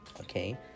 okay